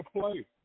play